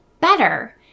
better